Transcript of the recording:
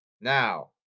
Now